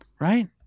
Right